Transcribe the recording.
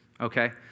Okay